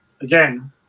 again